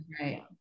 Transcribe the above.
right